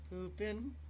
Pooping